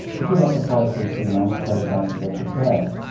if you let the pause go too long, the play starts to get depressed.